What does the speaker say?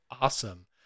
Awesome